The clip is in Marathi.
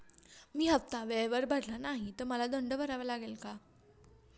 मी हफ्ता वेळेवर भरला नाही तर मला दंड भरावा लागेल का?